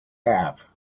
have